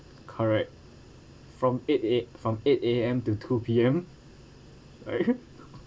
correct from eight eight from eight A_M to two P_M right